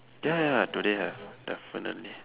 ya ya today have definitely